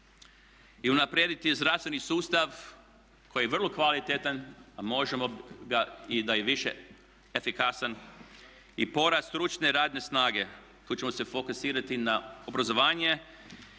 i unaprijediti zdravstveni sustav koji je vrlo kvalitetan a možemo ga i da je više efikasan i porast stručne radne snage. Tu ćemo se fokusirati na obrazovanje